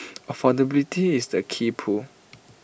affordability is the key pull